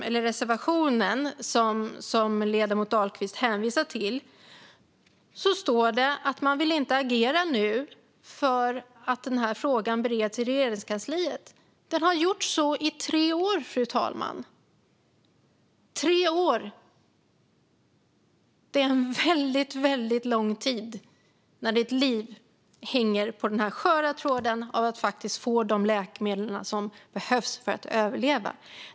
I den reservation som ledamoten Dahlqvist hänvisar till står det att man inte vill agera nu för att frågan bereds i Regeringskansliet. Det har den gjort i tre år, fru talman. Tre år är väldigt lång tid när ett liv hänger på en skör tråd och då det handlar om att få de läkemedel som behövs för att man ska överleva.